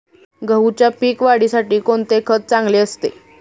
गहूच्या पीक वाढीसाठी कोणते खत चांगले असते?